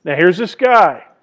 ah here's this guy.